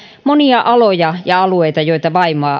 monia aloja ja alueita joita